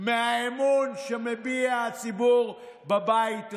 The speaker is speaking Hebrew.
מהאמון שמביע הציבור בבית הזה.